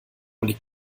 liegt